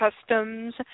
customs